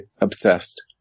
obsessed